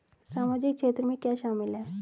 सामाजिक क्षेत्र में क्या शामिल है?